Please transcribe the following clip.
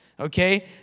okay